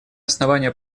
основания